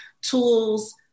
tools